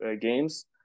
games